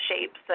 shapes